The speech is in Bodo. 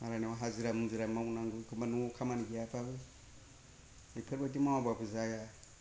मालायनाव हाजिरा मुजिरा मावनांगौ एखनब्ला न'आव खामानि गैयाबाबो बेफोरबादि मावाबाबो जाया